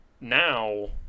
now